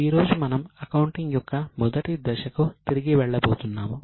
ఈ రోజు మనం అకౌంటింగ్ యొక్క మొదటి దశకు తిరిగి వెళ్ళబోతున్నాము